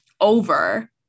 over